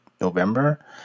November